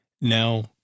Now